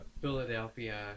Philadelphia